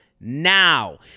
now